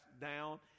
down